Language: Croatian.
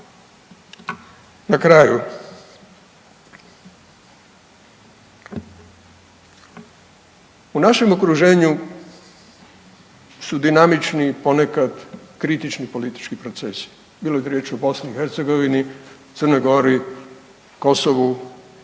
Na kraju u našem okruženju su dinamični ponekad kritični politički procesi, bilo da je riječ o BiH, Crnoj Gori, Kosovu,